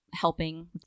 helping